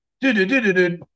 Do-do-do-do-do